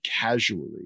casually